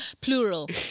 Plural